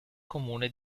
comune